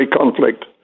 conflict